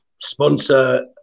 sponsor